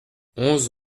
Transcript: onze